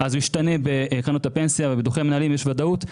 אז הוא ישתנה בקרנות הפנסיה וביטוחי המנהלים יש ודאות.